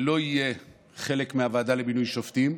לא יהיה חלק מהוועדה למינוי שופטים,